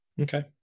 Okay